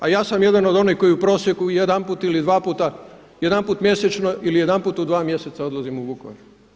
A ja sam jedan od onih koji u prosjeku jedanput ili dva puta, jedanput mjesečno ili jedanput u dva mjeseca odlazim u Vukovar.